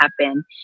happen